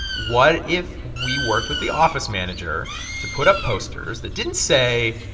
what if we worked with the office manager to put up posters that didn't say,